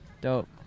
Dope